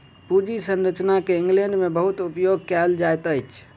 पूंजी संरचना के इंग्लैंड में बहुत उपयोग कएल जाइत अछि